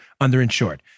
underinsured